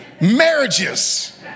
marriages